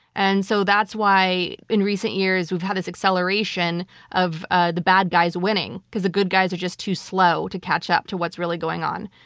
and so that's why, in recent years, we've had this acceleration of ah the bad guys winning, because the good guys are just too slow to catch up to what's really going on.